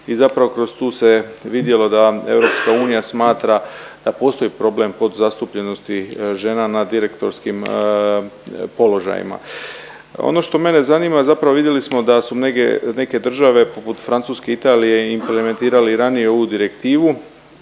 i zapravo kroz tu se vidjelo da EU smatra da postoji problem podzastupljenosti žena na direktorskim položajima. Ono što mene zanima zapravo vidjeli smo da su neke države poput Francuske, Italije implementirali ranije ovu direktivu.